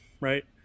right